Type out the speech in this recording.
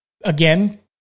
again